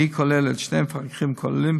והיא כוללת שני מפקחים כוללים,